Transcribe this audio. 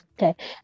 Okay